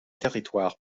territoires